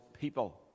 people